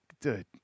dude